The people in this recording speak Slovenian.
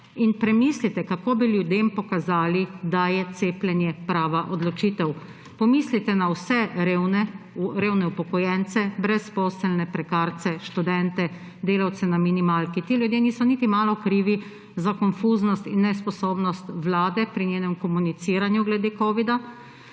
in premislite, kako bi ljudem pokazali, da je cepljenje prava odločitev. Pomislite na vse revne, revne upokojence, brezposelne, prekarce, študente, delavce na minimalki. Ti ljudje niso niti malo krivi za konfuznost in nesposobnost Vlade pri njenem komuniciranju glede covida,